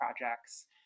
projects